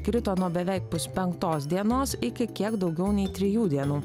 krito nuo beveik puspenktos dienos iki kiek daugiau nei trijų dienų